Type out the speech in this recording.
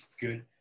good